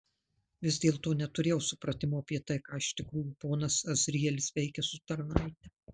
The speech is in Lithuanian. vis dėlto neturėjau supratimo apie tai ką iš tikrųjų ponas azrielis veikia su tarnaite